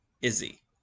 Izzy